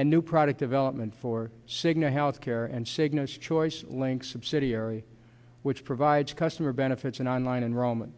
and new product development for cigna health care and signature choice link subsidiary which provides customer benefits and on line and roman